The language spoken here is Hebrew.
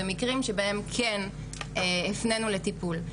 במקרים שבהם כן הפנינו לטיפול.